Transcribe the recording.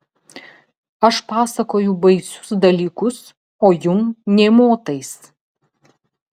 aš pasakoju baisius dalykus o jum nė motais